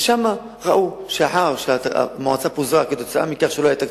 ושם ראו שהמועצה פוזרה כי לא היה תקציב,